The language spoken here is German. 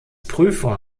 prüfer